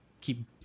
keep